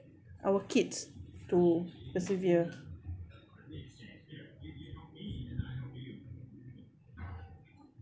our kids to persevere